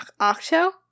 Octo